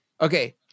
Okay